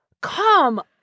come